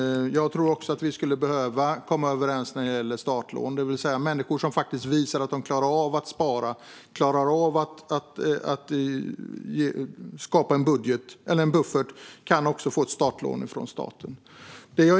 Jag tror också att vi skulle behöva komma överens när det gäller startlån, det vill säga att människor som faktiskt visar att de klarar av att spara och skapa en buffert också kan få ett startlån från staten.